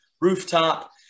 rooftop